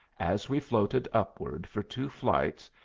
as we floated upward for two flights,